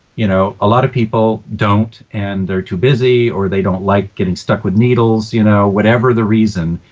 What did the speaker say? you know a lot of people don't and they're too busy or they don't like getting stuck with needles, you know whatever the reason.